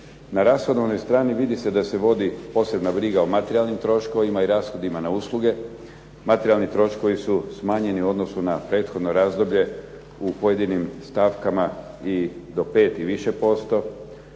Na rashodovnoj strani vidi se da se vodi posebna briga o materijalnim troškovima i rashodima na usluge. Materijalni troškovi su smanjeni u odnosu na prethodno razdoblje u pojedinim stavkama do 5 i više posto.